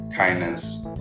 kindness